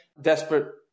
Desperate